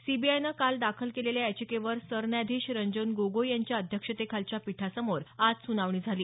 सीबीआयनं काल दाखल केलेल्या याचिकेवर सरन्यायाधीश रंजन गोगोई यांच्या अध्यक्षतेखालच्या पीठासमोर आज सुनावणी झाली